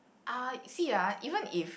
uh you see ah even if